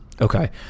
Okay